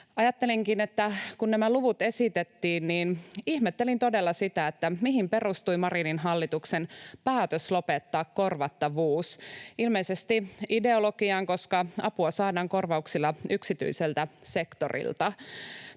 vähän siis. Kun nämä luvut esitettiin, niin ihmettelinkin todella sitä, mihin perustui Marinin hallituksen päätös lopettaa korvattavuus — ilmeisesti ideologiaan, koska apua saadaan korvauksilla yksityiseltä sektorilta.